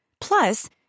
Plus